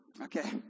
Okay